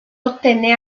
ottenne